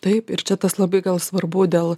taip ir čia tas labai gal svarbu dėl